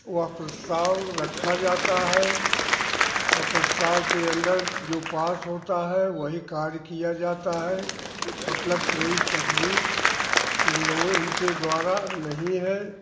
वह प्रस्ताव रखा जाता है और प्रस्ताव के अंदर जो पास होता है वही कार्य किया जाता है मतलब कोई तकलीफ इन लोग इनके द्वारा नहीं है